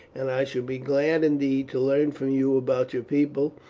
and i shall be glad indeed to learn from you about your people,